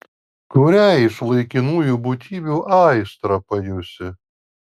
kuriai iš laikinųjų būtybių aistrą pajusi